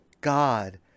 God